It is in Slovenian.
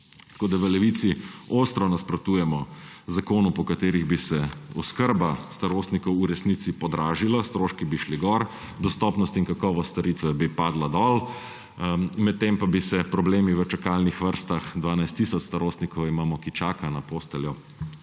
Tako da v Levici ostro nasprotujemo zakonu, po katerem bi se oskrba starostnikov v resnici podražila, stroški bi šli gor, dostopnost in kakovost storitve bi padla dol, medtem pa bi se problemi v čakalnih vrstah – 12 tisoč starostnikov imamo, ki čaka na posteljo